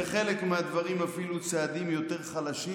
בחלק מהדברים אפילו צעדים יותר חלשים,